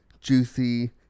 juicy